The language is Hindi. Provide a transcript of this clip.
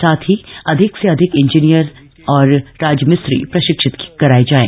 साथ ही अधिक से अधिक इंजीनियर और राजमिस्त्री प्रशिक्षित कराये जाएं